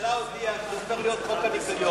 הממשלה הודיעה כי שזה הופך להיות חוק שמירת הניקיון.